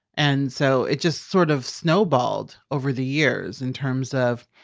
and so it just sort of snowballed over the years in terms of,